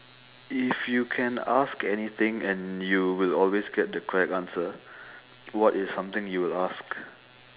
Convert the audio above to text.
if you can ask anything and you will always get the correct answer what is something you will ask